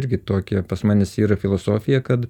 irgi tokia pas manes yra filosofija kad